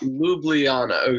Ljubljana